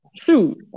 Shoot